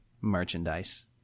merchandise